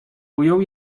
ujął